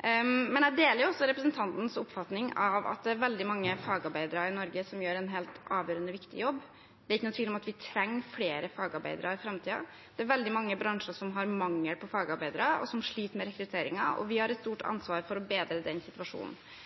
Men jeg deler også representantens oppfatning av at det er veldig mange fagarbeidere i Norge som gjør en helt avgjørende viktig jobb. Det er ikke noen tvil om at vi trenger flere fagarbeidere i framtiden. Det er veldig mange bransjer som har mangel på fagarbeidere, og som sliter med rekrutteringen, og vi har et stort